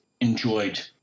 enjoyed